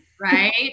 Right